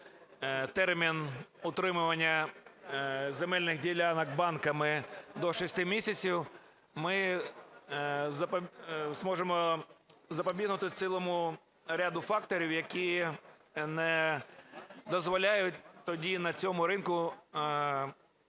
термін "утримування земельних ділянок банками до 6 місяців", ми зможемо запобігти цілому ряду факторів, які не дозволяють тоді на цьому ринку